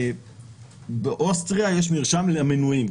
באוסטריה יש מרשם למנויים.